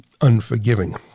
unforgiving